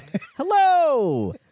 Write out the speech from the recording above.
Hello